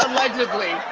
allegedly.